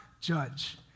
judge